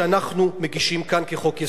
שאנחנו מגישים כאן כחוק-יסוד.